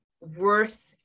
worth